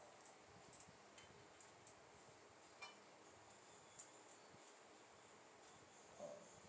mm